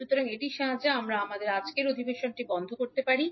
সুতরাং এটির সাহায্যে আমরা আমাদের আজকের অধিবেশনটি বন্ধ করতে পারি